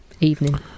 Evening